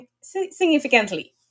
significantly